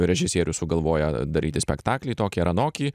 režisierius sugalvoja daryti spektaklį tokį ar anokį